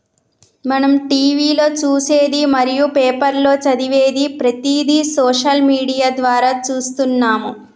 మనం టీవీలో చూసేది మరియు పేపర్లో చదివేది ప్రతిదీ సోషల్ మీడియా ద్వారా చూస్తున్నాము